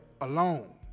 alone